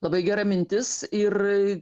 labai gera mintis ir